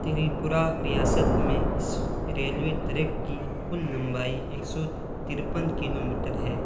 تریپورہ ریاست میں اس ریل وے تریک کی کل لمبائی ایک سو ترپن کلو میٹر ہے